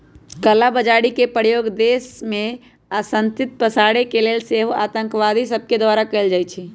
कला बजारी के प्रयोग देश में अशांति पसारे के लेल सेहो आतंकवादि सभके द्वारा कएल जाइ छइ